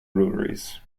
breweries